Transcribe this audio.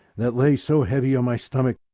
that lay so heavy o' my stomach